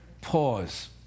pause